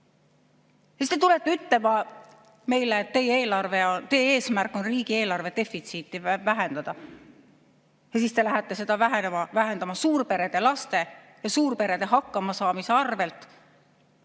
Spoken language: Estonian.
Ja siis te tulete ütlema meile, et teie eesmärk on riigieelarve defitsiiti vähendada. Ja siis te lähete seda vähendama suurperede laste ja suurperede hakkamasaamise arvel,